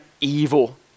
evil